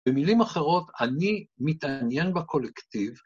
במילים אחרות, אני מתעניין בקולקטיב.